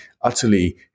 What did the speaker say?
utterly